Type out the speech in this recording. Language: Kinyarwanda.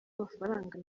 amafaranga